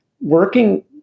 working